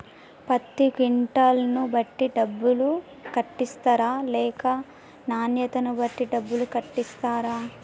పత్తి క్వింటాల్ ను బట్టి డబ్బులు కట్టిస్తరా లేక నాణ్యతను బట్టి డబ్బులు కట్టిస్తారా?